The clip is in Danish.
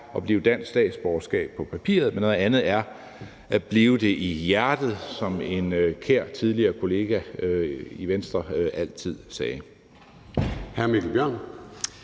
at blive dansk statsborger på papiret; noget andet er at blive det i hjertet – som en kær tidligere kollega i Venstre altid sagde.